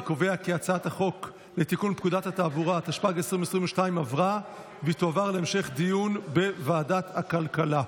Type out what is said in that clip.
אני קובע כי הצעת החוק עברה והיא תועבר להמשך דיון בוועדת הכלכלה.